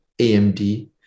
AMD